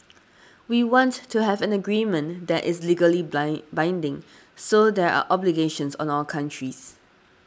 we want to have an agreement that is legally blind binding so there are obligations on all countries